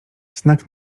znak